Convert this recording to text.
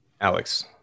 Alex